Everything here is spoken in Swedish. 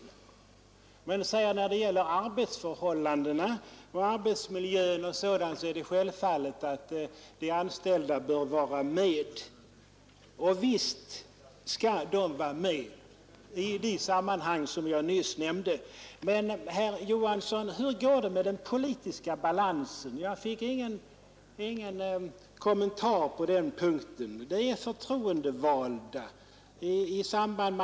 Och han säger att när det gäller arbetsförhållandena, arbetsmiljön och sådant bör självfallet de anställda vara med. Visst skall de vara med i de sammanhang jag nämnde, men hur går det med den politiska balansen, herr Johansson?